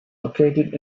located